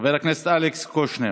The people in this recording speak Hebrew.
חבר הכנסת אלכס קושניר.